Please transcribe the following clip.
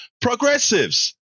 progressives